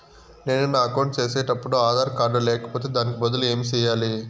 నేను నా అకౌంట్ సేసేటప్పుడు ఆధార్ కార్డు లేకపోతే దానికి బదులు ఏమి సెయ్యాలి?